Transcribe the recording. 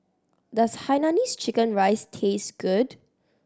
does Hainanese chicken rice taste good